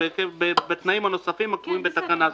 בתנאים הנוספים הקבועים בתקנה זו.